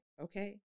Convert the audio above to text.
okay